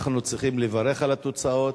אנחנו צריכים לברך על התוצאות,